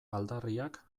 aldarriak